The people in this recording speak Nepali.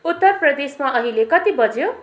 उत्तर प्रदेशमा अहिले कति बज्यो